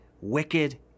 Wicked